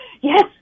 yes